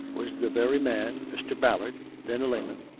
was the very man, mr. ballard, then a layman,